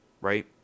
right